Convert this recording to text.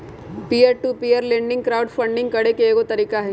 peer to peer lending crowd funding करे के एगो तरीका हई